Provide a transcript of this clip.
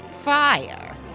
fire